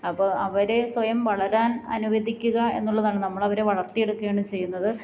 അപ്പോള് അവരെ സ്വയം വളരാൻ അനുവദിക്കുക എന്നുള്ളതാണ് നമ്മളവരെ വളർത്തി എടുക്കുകയാണ് ചെയ്യുന്നത്